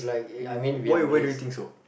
w~ why why do you think so